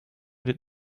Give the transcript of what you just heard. wird